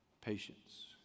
patience